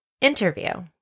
interview